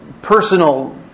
personal